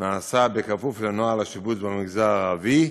נעשה כפוף לנוהל השיבוץ במגזר הערבי,